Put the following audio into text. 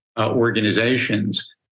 organizations